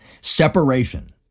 separation